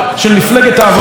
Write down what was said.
חבר הכנסת יונה,